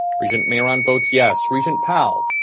regent mayeron votes yes. regent powell?